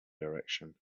direction